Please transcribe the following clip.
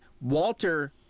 walter